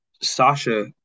Sasha